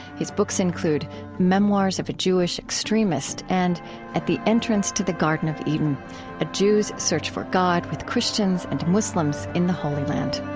his books include memoirs of a jewish extremist and at the entrance to the garden of eden a jew's search for god with christians and muslims in the holy land